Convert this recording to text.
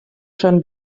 schon